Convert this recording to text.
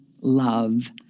love